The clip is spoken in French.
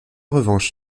revanche